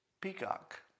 peacock